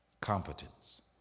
competence